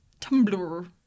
Tumblr